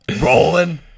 rolling